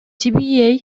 твеа